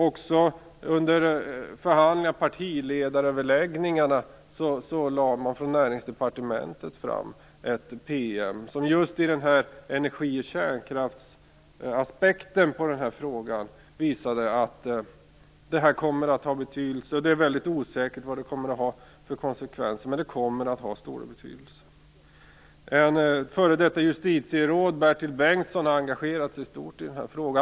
Också under partiledaröverläggningarna lade man från Näringsdepartementet fram en PM som just ur den här energi och kärnkraftsaspekten av denna fråga visade att detta kommer att ha betydelse. Det är mycket osäkert vilka konsekvenser det kommer att få, men det kommer att ha stor betydelse. Ett f.d. justitieråd, Bertil Bengtsson, har engagerat sig starkt i den här frågan.